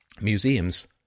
Museums